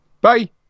Bye